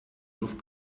luft